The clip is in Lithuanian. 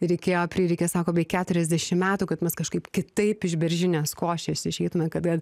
reikėjo prireikė sako beveik keturiasdešimt metų kad mes kažkaip kitaip iš beržinės košės išeitume kadan